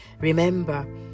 Remember